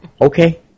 Okay